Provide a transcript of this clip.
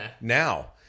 now